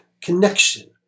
connection